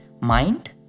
mind